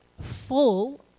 full